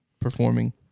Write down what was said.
performing